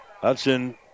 Hudson